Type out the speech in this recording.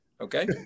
okay